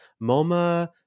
MoMA